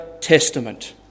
testament